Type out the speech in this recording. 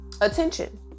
attention